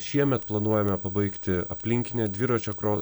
šiemet planuojame pabaigti aplinkinę dviračio kro